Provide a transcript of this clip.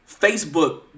Facebook